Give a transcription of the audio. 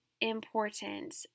important